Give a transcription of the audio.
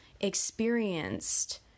experienced